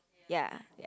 ya